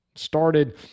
started